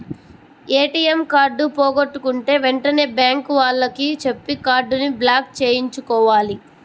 ATM card పోగొట్టుకుంటే వెంటనే bank వాళ్లకి చెప్పి కార్డుని బ్లాక్ చేయించుకోవాలి